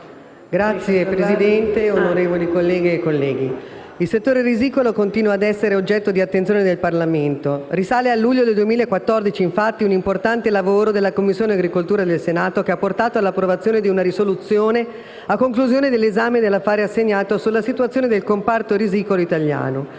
Signora Presidente, onorevoli colleghe e colleghi, il settore risicolo continua a essere oggetto di attenzione del Parlamento. Risale al luglio del 2014, infatti, un importante lavoro della 9a Commissione del Senato che ha portato all'approvazione di una risoluzione a conclusione dell'esame dell'affare assegnato sulla situazione del comparto risicolo italiano.